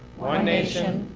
one nation,